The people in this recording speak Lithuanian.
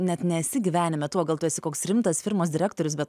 net nesi gyvenime tuo gal tu esi koks rimtas firmos direktorius bet